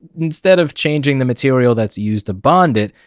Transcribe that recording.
instead of changing the material that's used to bond it,